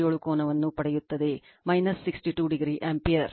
57 ಕೋನವನ್ನು ಪಡೆಯುತ್ತದೆ 62o ampere